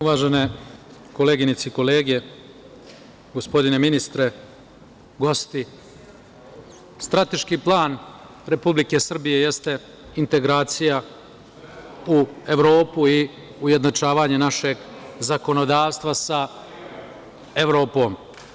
Uvažene koleginice i kolege, gospodine ministre, gosti, strateški plan Republike Srbije jeste integracija u Evropu i ujednačavanje našeg zakonodavstva sa Evropom.